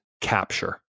capture